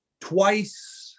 twice